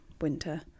winter